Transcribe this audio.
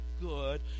good